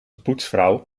poetsvrouw